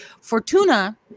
Fortuna